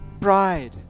pride